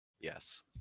Yes